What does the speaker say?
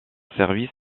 service